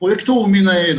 פרויקטור הוא מנהל